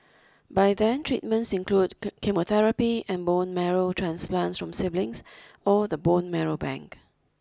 by then treatments include chemotherapy and bone marrow transplants from siblings or the bone marrow bank